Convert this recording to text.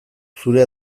zure